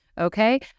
Okay